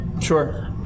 Sure